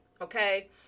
Okay